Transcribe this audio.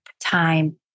time